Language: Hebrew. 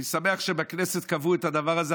אני שמח שבכנסת קבעו את הדבר הזה,